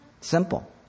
Simple